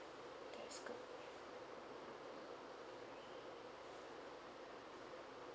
that's good